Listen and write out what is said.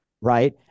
Right